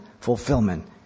fulfillment